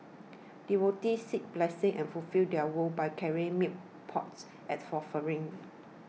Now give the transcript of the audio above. devotees seek blessings and fulfil their vows by carrying milk pots as offerings